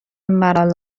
ملال